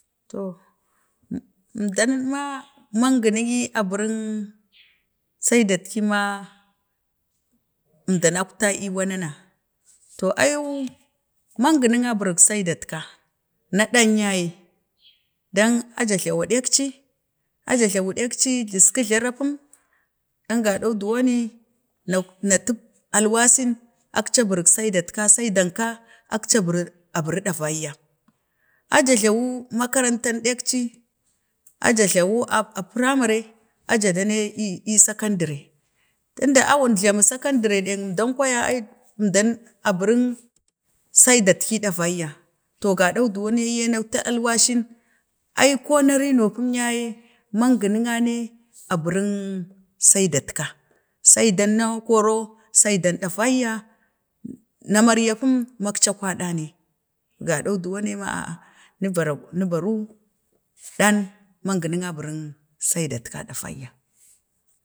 To əmdan ma, manginəəə a burəng saidatki, ma əndanaktai ii wanan, to ayuu mangunnaa a burəna saidatka, na ɗang ya ye, dan a ja jlau ɗekci, a ja jlawu ɗekei jisku jlarapun, dan gaɗau duwo ne, nak, naktu alwasin akci burəng saidangka, saidangka, akci buri ɗavanya, a ja jlawu makarantan ɗakci a ja glawu a firamre, a ja da nec ii sakandare, tun da a wun glamu sakandare ɗeng əmdan kwaya ii əmdan a bureng saidat ki ɗavayya, to gadan duwon na yee naktu alwasin ai ko na reno pum ya yee mangunane a bureng saidatka, saidan na koro saidan ɗavayya na mariya pum maksa kwaɗanay, gaɗau duwon ne, ai ma aa n u varu, navara maganane a burəng saidatka ɗavayya.